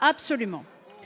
D’abord,